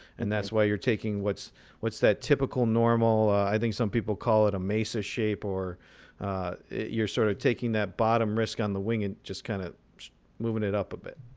and that's why you're taking what's what's that typical normal i think some people call it a mesa shape or you're sort of taking that bottom risk on the wing and just kind of moving it up a bit.